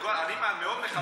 אני מאוד מכבד אותך,